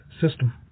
system